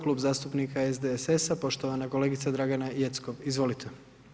Klub zastupnika SDSS-a, poštovana kolegica Dragana Jeckov, izvolite.